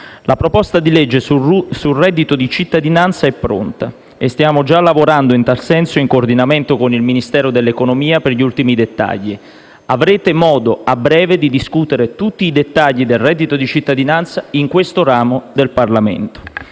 La proposta di legge sul reddito di cittadinanza è pronta e stiamo già lavorando in tal senso in coordinamento con il Ministero dell'economia per gli ultimi dettagli. Avrete modo a breve di discutere tutti i dettagli del reddito di cittadinanza in questo ramo del Parlamento.